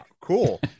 cool